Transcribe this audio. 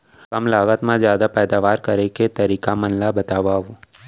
कम लागत मा जादा पैदावार करे के तरीका मन ला बतावव?